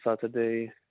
Saturday